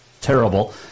terrible